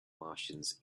martians